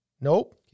Nope